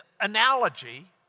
analogy